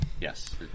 Yes